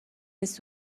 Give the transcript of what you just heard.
نیست